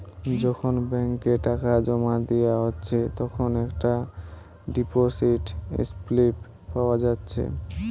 যখন ব্যাংকে টাকা জোমা দিয়া হচ্ছে তখন একটা ডিপোসিট স্লিপ পাওয়া যাচ্ছে